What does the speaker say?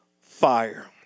fire